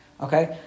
okay